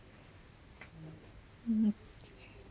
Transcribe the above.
mm